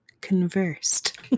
conversed